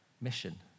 mission